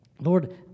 Lord